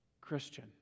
Christian